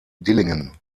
dillingen